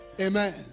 Amen